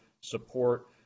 support